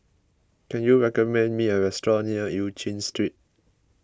can you recommend me a restaurant near Eu Chin Street